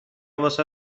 واست